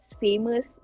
famous